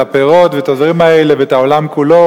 הפירות ואת הדברים האלה ואת העולם כולו,